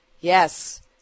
yes